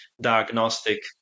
diagnostic